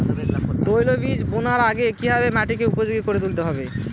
তৈলবীজ বোনার আগে কিভাবে মাটিকে উপযোগী করে তুলতে হবে?